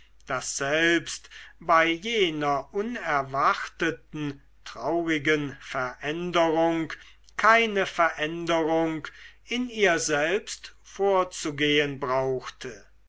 daß selbst bei jener unerwarteten traurigen veränderung keine veränderung in ihr selbst vorzugehen brauchte